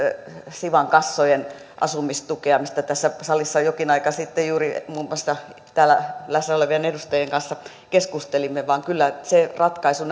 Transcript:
siwan kassojen asumistukea mistä tässä salissa jokin aika sitten juuri muun muassa täällä läsnä olevien edustajien kanssa keskustelimme kyllä se ratkaisu